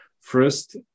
first